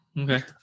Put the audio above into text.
okay